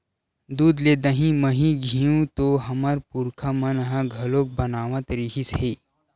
दूद ले दही, मही, घींव तो हमर पुरखा मन ह घलोक बनावत रिहिस हे